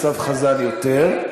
אני השתכנעתי מהטיעונים של אסף חזן יותר.